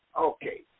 Okay